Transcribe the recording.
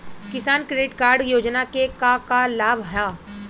किसान credit card योजना के का का लाभ ह?